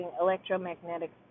electromagnetic